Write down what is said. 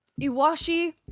Iwashi